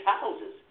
houses